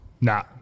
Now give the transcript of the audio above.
nah